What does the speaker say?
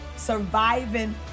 Surviving